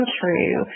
true